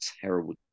terrible